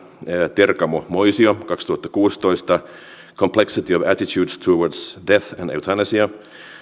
terkamo moisio kaksituhattakuusitoista complexity of attitudes towards death and euthanasia